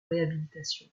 réhabilitation